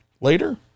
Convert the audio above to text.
later